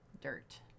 dirt